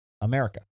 America